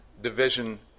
division